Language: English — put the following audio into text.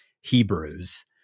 Hebrews